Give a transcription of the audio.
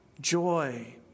joy